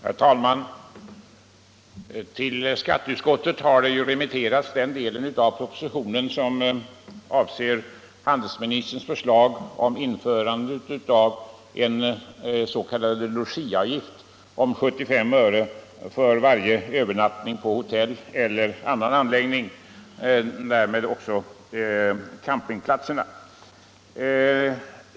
Herr talman! Till skatteutskottet har remitterats den del av propositionen som avser handelsministerns förslag om införande av en s.k.- logiavgift om 75 öre för varje övernattning på hotell eller annan anläggning, därmed också campingplatserna.